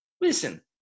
listen